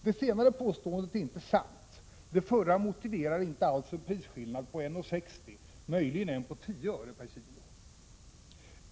Det senare påståendet är inte sant, och det förra motiverar inte alls en prisskillnad på 1:60 — möjligen en på 10 öre per kilo!